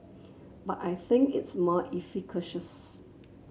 but I think it's more efficacious